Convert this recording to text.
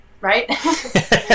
right